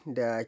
da